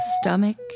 stomach